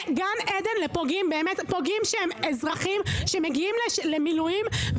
גן עדן לפוגעים שהם אזרחים שמגיעים למילואים.